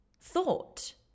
thought